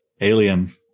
alien